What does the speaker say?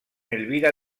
elvira